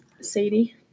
Sadie